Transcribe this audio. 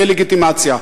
על הדה-לגיטימציה.